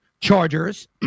chargers